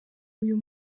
uyu